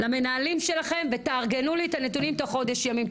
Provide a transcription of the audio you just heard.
למנהלים שלכם ותארגנו לי את הנתונים תוך חודש ימים,